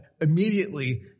Immediately